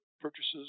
purchases